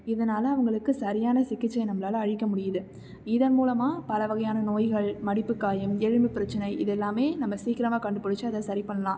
இதனால அவங்களுக்கு சரியான சிகிச்சை நம்மளால் அளிக்க முடியுது இதன் மூலமாக பல வகையான நோய்கள் மடிப்பு காயம் எலும்பு பிரச்சனை இது எல்லாமே நம்ம சீக்கிரமா கண்டுபிடிச்சி அதை சரி பண்ணலாம்